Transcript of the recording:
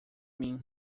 mim